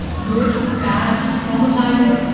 good, bad, traumatising.